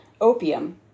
opium